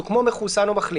הוא כמו מחוסן או מחלים,